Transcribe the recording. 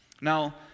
Now